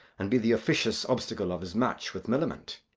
and be the officious obstacle of his match with millamant?